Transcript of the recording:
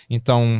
Então